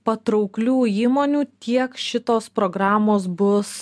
patrauklių įmonių tiek šitos programos bus